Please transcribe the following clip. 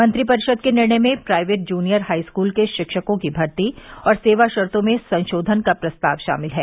मंत्रिपरिषद के निर्णय में प्राइवेट जूनियर हाईस्कूल के शिक्षकों की भर्ती और सेवाशर्तो में संशोधन का प्रस्ताव शामिल हैं